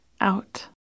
out